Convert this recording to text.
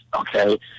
Okay